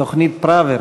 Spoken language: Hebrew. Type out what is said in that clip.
תוכנית פראוור,